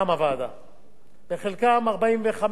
45 הצעות חוק ממשלתיות,